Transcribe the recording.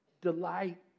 Delight